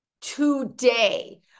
today